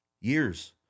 years